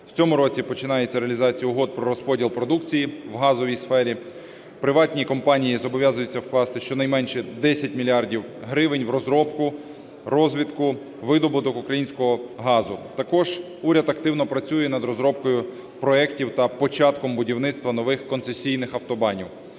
в цьому році починається реалізація угод про розподіл продукції в газовій сфері. Приватні компанії зобов'язуються вкласти щонайменше 10 мільярдів гривень в розробку, розвідку, видобуток українського газу. Також уряд активно працює над розробкою проектів та початком будівництва нових концесійних автобанів.